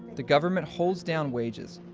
the government holds down wages,